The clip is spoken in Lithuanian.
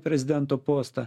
prezidento postą